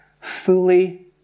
fully